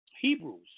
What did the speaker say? Hebrews